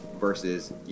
versus